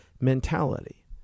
mentality